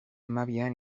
hamabian